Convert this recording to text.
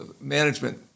management